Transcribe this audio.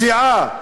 פציעה